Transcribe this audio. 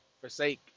forsake